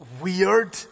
weird